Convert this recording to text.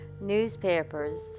Newspapers